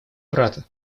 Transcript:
брата